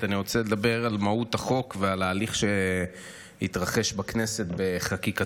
אני רוצה לדבר על מהות החוק ועל ההליך שהתרחש בכנסת בחקיקתו.